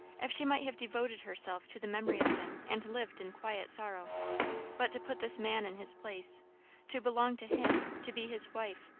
if she might have devoted herself to the memory of him and lived in quiet sorrow but to put this man in his place to belong to him, to be his wife